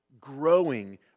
growing